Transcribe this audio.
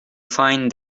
find